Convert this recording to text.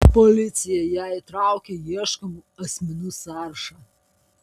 policija ją įtraukė į ieškomų asmenų sąrašą